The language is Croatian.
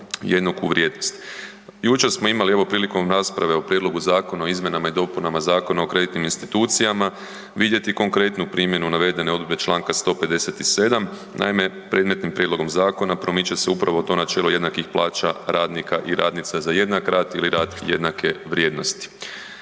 jednaku vrijednost. Jučer smo imali evo prilikom rasprave o Prijedlogu zakona o izmjenama i dopunama Zakona o kreditnim institucijama vidjeti konkretnu primjenu navedene odredbe čl. 157. Naime, predmetnim prijedlogom zakona promiče se upravo to načelo jednakih plaća radnika i radnica za jednak rad ili rad jednake vrijednosti.